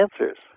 answers